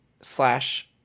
slash